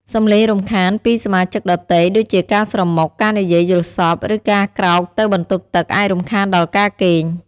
សំឡេងរំខានពីសមាជិកដទៃ ដូចជាការស្រមុក ការនិយាយយល់សប្តិ ឬការក្រោកទៅបន្ទប់ទឹក អាចរំខានដល់ការគេង។